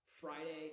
Friday